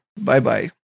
Bye-bye